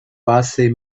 base